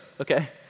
Okay